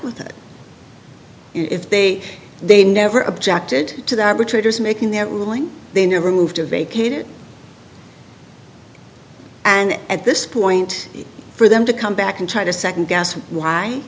with it if they they never objected to the arbitrators making that ruling they never moved to vacate it and at this point for them to come back and try to second guess why